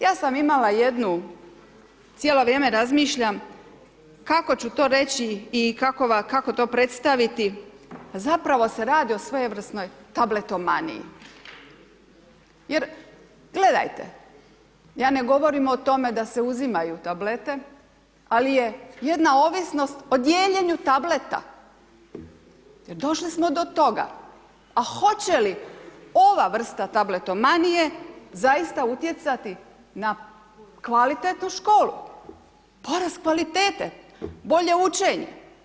Ja sam imala jednu, cijelo vrijeme razmišljam kako ću to reći i kako to predstaviti, a zapravo se radi o svojevrsnoj tabletomaniji jer gledajte, ja ne govorim o tome da se uzimaju tablete, ali je jedna ovisnost o dijeljenju tableta jer došli smo do toga, a hoće li ova vrsta tabletomanije zaista utjecati na kvalitetnu školu, porast kvalitete, bolje učenje?